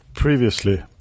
Previously